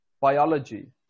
biology